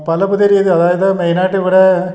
പല പുതിയ രീതി അതായത് മെയിനായിട്ടിവിടേ